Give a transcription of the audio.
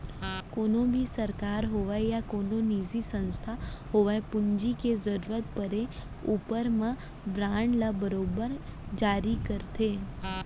कोनों भी सरकार होवय या कोनो निजी संस्था होवय पूंजी के जरूरत परे ऊपर म बांड ल बरोबर जारी करथे